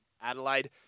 Adelaide